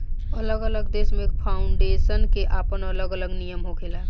अलग अलग देश में फाउंडेशन के आपन अलग अलग नियम होखेला